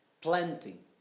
planting